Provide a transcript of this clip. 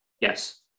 Yes